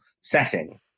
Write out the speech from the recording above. setting